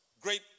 Great